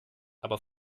aber